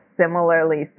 similarly